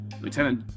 lieutenant